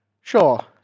sure